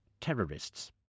terrorists